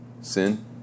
sin